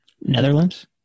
Netherlands